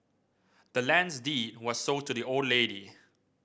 the land's deed was sold to the old lady